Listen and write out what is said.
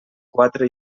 quatre